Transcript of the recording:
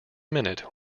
minute